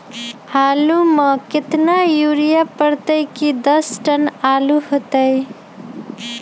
आलु म केतना यूरिया परतई की दस टन आलु होतई?